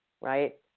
Right